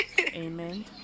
amen